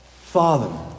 Father